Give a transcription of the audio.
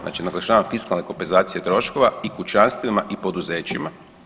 Znači naglašavam fiskalne kompenzacije troškova i kućanstvima i poduzećima.